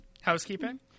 housekeeping